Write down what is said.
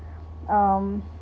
mmhmm